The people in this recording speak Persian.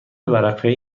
ورقه